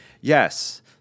Yes